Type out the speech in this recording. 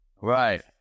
right